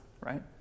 right